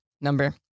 number